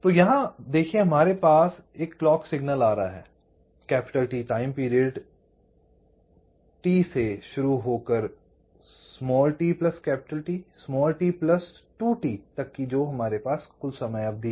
तो हमारे पास क्लॉक सिग्नल आ रहा है T टाइम पीरियड से शुरू होकर tT t2T तक की समय अवधि है